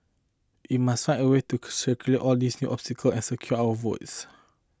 we must find a way to all these new obstacle and secure our votes